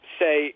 say